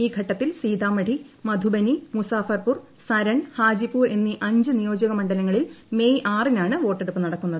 ഈ ഘട്ടത്തിൽ സീതാമഢി മധുബനി മുസാഫർപൂർ സരൺ ഹാജിപൂർ എന്നീ അഞ്ച് നിയോജക മണ്ഡലങ്ങളിൽ മെയ് ആറിനാണ് വോട്ടെടുപ്പ് നടക്കുന്നത്